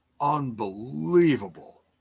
unbelievable